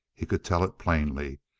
he could tell it plainly.